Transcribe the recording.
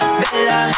bella